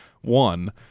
one